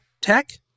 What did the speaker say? tech